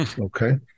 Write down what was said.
Okay